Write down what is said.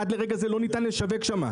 עד לרגע זה לא ניתן לשווק שם.